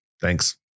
Thanks